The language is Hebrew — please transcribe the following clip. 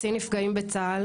קצין נפגעים בצה"ל.